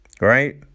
Right